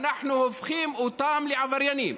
אנחנו הופכים אותם לעבריינים.